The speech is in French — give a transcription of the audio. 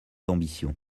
ambitions